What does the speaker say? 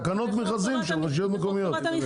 תקנות מכרזים של רשויות מקומיות.